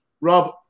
Rob